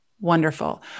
Wonderful